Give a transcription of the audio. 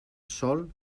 sol